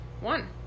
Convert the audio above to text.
One